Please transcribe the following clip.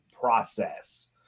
process